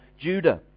Judah